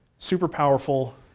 super powerful.